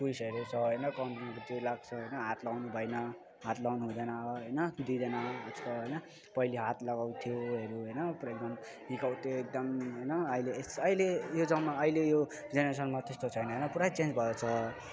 पुलिसहरू छ होइन लाग्छ होइन हात लगाउनु भएन हात लगाउनु हुँदैन अब होइन दिँदैन आजकल होइन पहिले हात लगाउँथ्योहरू होइन पुरा एकदम हिर्काउँथ्यो एकदम होइन अहिले अहिले यो ज अहिले यो जेनेरेसनमा त्यस्तो छैन होइन पुरा चेन्ज भएको छ